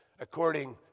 according